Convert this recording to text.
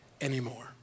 anymore